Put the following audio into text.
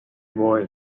boy